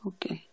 Okay